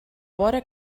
vora